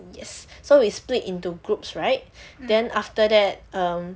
yes so is split into groups right then after that um